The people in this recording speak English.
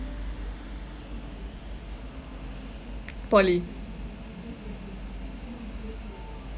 poly